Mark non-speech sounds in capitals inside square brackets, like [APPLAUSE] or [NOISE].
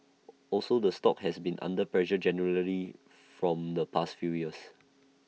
[NOISE] also the stock has been under pressure generally from the past few years